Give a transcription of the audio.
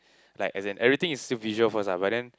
like as in anything is through visual first lah but then